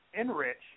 enrich